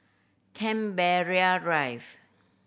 Canberra Drive